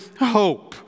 hope